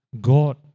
God